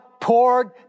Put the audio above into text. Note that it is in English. Poured